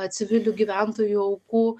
civilių gyventojų aukų